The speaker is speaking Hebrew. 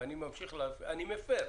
ואני מפר,